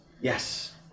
Yes